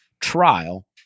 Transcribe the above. trial